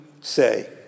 say